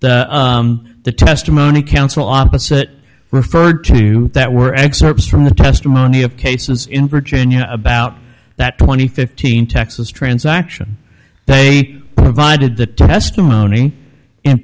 the testimony counsel opposite referred to that were excerpts from the testimony of cases in virginia about that twenty fifteen texas transaction they provided the testimony